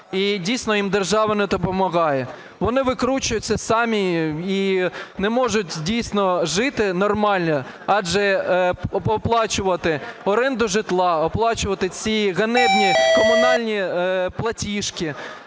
і дійсно їм держава не допомагає. Вони викручуються самі і не можуть дійсно жити нормально: оплачувати оренду житла, оплачувати ці ганебні комунальні платіжки,